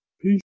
Peace